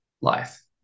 life